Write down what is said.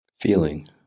feeling